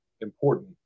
important